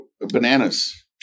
bananas